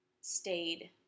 stayed